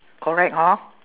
correct hor